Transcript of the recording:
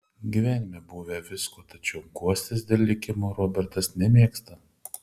gyvenime buvę visko tačiau guostis dėl likimo robertas nemėgsta